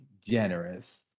generous